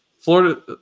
Florida